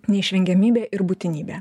neišvengiamybė ir būtinybė